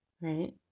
Right